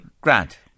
Grant